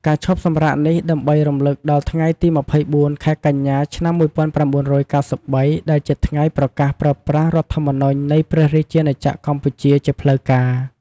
ការឈប់សម្រាកនេះ ដើម្បីរំលឹកដល់ថ្ងៃទី២៤ ខែកញ្ញា ឆ្នាំ១៩៩៣ ដែលជាថ្ងៃប្រកាសប្រើប្រាស់រដ្ឋធម្មនុញ្ញនៃព្រះរាជាណាចក្រកម្ពុជាជាផ្លូវការ។